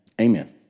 Amen